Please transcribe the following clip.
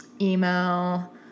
email